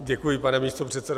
Děkuji, pane místopředsedo.